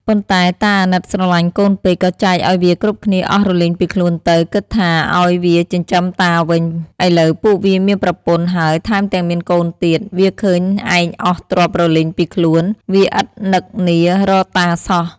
ប៉ុន្តែតាអាណិតស្រឡាញ់កូនពេកក៏ចែកឱ្យវាគ្រប់គ្នាអស់រលីងពីខ្លួនទៅ គិតថាឱ្យវាចិញ្ចឹមតាវិញ ឥឡូវពួកវាមានប្រពន្ធហើយថែមទាំងមានកូនទៀត វាឃើញឯងអស់ទ្រព្យរលីងពីខ្លួន វាឥតនឹកនារកតាសោះ។